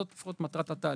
זוהי, לפחות, מטרת התהליך.